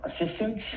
assistance